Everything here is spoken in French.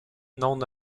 non